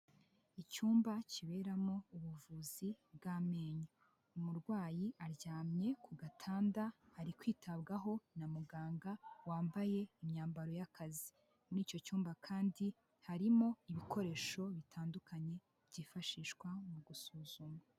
Icyumba kiberamo ubuvuzi bw'amenyo, umurwayi aryamye ku gatanda, ari kwitabwaho na muganga wambaye imyambaro y'akazi, muri icyo cyumba kandi harimo ibikoresho bitandukanye byifashishwa mu gusuzuma.